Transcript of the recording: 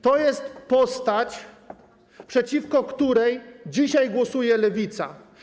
To jest postać, przeciwko której dzisiaj głosuje Lewica.